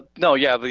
no yeah, but